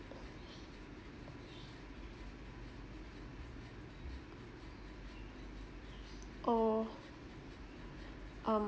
oh um